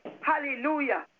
hallelujah